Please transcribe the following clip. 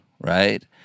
right